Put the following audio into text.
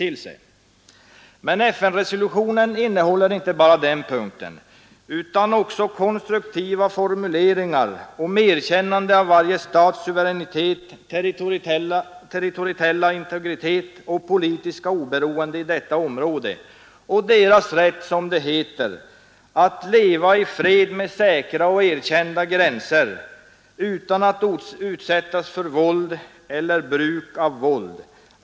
FN-resolutionen innehåller emellertid inte bara detta utan också konstruktiva formuleringar om erkännande av varje stats suveränitet, territoriella integritet och politiska oberoende i detta område samt varje stats rätt, som det heter, att leva i fred med säkra och erkända gränser utan att utsättas för hot om våld eller bruk av våld.